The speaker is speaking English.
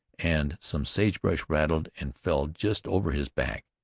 and some sage-brush rattled and fell just over his back.